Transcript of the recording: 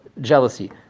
jealousy